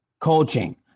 Coaching